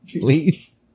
Please